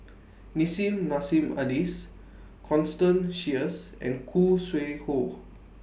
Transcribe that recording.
Nissim Nassim Adis Constance Sheares and Khoo Sui Hoe